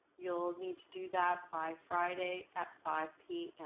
you'll need to do that by friday at five